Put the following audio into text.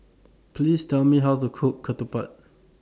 Please Tell Me How to Cook Ketupat